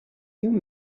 you